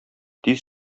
тиз